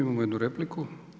Imamo jednu repliku.